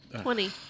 Twenty